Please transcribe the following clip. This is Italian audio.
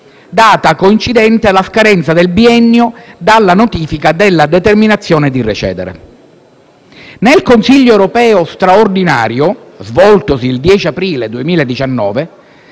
data coincidente con la scadenza del biennio dalla notifica della determinazione di recedere. Nel Consiglio europeo straordinario svoltosi il 10 aprile 2019,